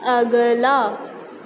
ਅਗਲਾ